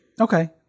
Okay